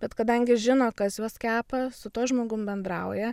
bet kadangi žino kas juos kepa su tuo žmogum bendrauja